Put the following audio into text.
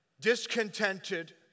discontented